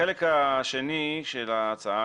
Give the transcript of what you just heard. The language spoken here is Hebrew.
החלק השני של ההצעה,